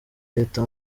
leta